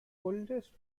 oldest